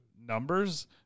numbers